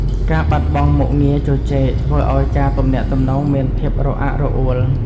ការបាត់បង់មុខងារជជែក ធ្វើឱ្យការទំនាក់ទំនងមានភាពរអាក់រអួល។